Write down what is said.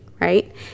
right